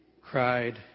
cried